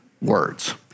words